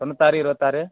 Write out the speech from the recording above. தொண்ணூத்தாறு இருபத்தாறு